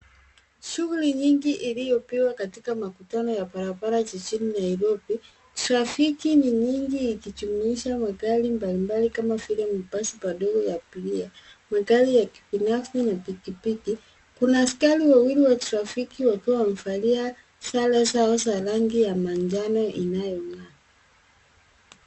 Shughuli nyingi iliyopigwa kati makutanao ya barabara jijini Nairobi. Trafiki ni nyingi ikijumuisha magari mbalimbali kama vile mabasi madogo ya abiria, magari ya kibinafsi, na pikipiki. Kuna askari wawili wa trafiki wakiwa wamevalia sare zao za rangi ya manjano inayong'aa.